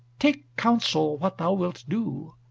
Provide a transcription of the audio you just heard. take counsel what thou wilt do.